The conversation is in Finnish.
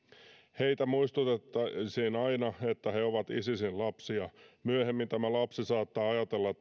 heitä muistutettaisiin aina että he ovat isisin lapsia myöhemmin tämä lapsi saattaa ajatella